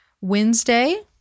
Wednesday